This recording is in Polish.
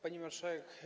Pani Marszałek!